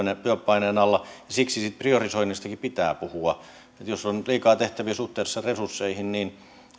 työpaineen alla siksi siitä priorisoinnistakin pitää puhua jos on liikaa tehtäviä suhteessa resursseihin niin